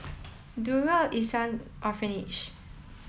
Darul Ihsan Orphanage